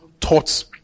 thoughts